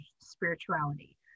spirituality